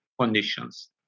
conditions